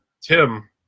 Tim